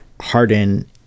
Harden